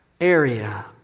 area